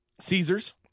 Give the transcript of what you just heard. Caesars